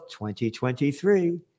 2023